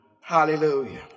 Hallelujah